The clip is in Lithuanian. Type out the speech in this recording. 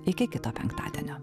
iki kito penktadienio